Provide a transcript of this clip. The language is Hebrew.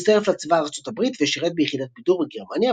הוא הצטרף לצבא ארצות הברית ושירת ביחידת בידור בגרמניה,